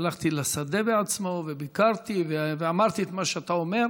והלכתי לשדה עצמו וביקרתי ואמרתי את מה שאתה אומר.